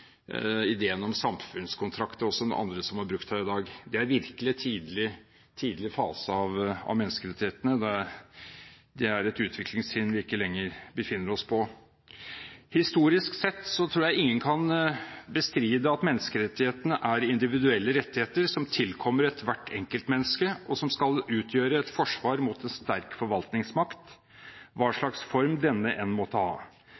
ideen om samfunnskontrakt. Det er det også noen andre som har brukt her i det. Det er virkelig en tidlig fase av menneskerettighetene. Det er et utviklingstrinn vi ikke lenger befinner oss på. Historisk sett tror jeg ingen kan bestride at menneskerettighetene er individuelle rettigheter som tilkommer ethvert enkeltmenneske, og som skal utgjøre et forsvar mot en sterk forvaltningsmakt, hva